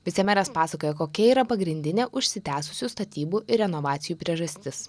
vicemeras pasakoja kokia yra pagrindinė užsitęsusių statybų ir renovacijų priežastis